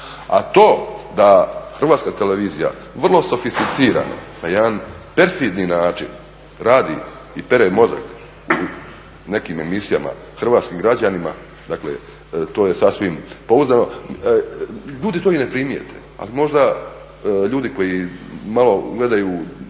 A to da HT vrlo sofisticirano na jedan … način radi i pere mozak u nekim emisijama hrvatskim građanima, dakle to je sasvim pouzdano, ljudi to i ne primijete, ali možda ljudi koji malo gledaju